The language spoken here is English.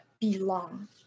belong